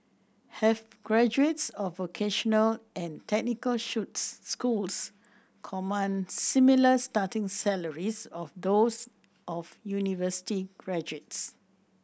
have graduates of vocational and technical shoes schools command similar starting salaries of those of university graduates